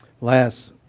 Last